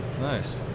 nice